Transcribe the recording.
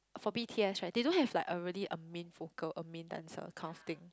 for B_T_S right they don't have like a really a main vocal a main dancer kind of thing